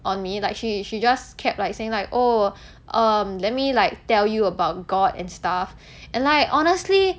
on me like she she just kept like saying like oh um let me like tell you about god and stuff and like honestly